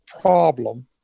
problem